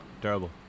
terrible